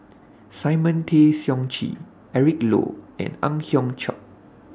Simon Tay Seong Chee Eric Low and Ang Hiong Chiok